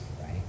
right